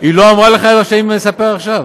היא לא אמרה לך את מה שאני מספר עכשיו?